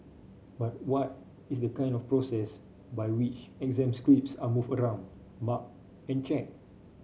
but what is the kind of process by which exam scripts are moved around marked and checked